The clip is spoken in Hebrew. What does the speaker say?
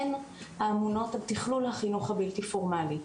הן האמונות על תכלול החינוך הבלתי פורמלי,